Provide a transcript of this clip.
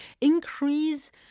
increase